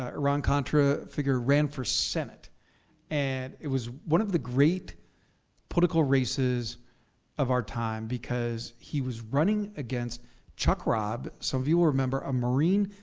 ah iran-contra figure, ran for senate and it was one of the great political races of our time because he was running against chuck robb. some of you will remember, a marine,